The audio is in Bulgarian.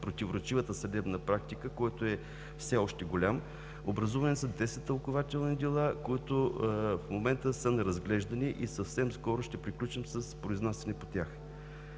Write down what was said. противоречивата съдебна практика, който е все още голям. Образувани са 10 тълкувателни дела, които в момента са на разглеждане и съвсем скоро ще приключим с произнасяне по тях.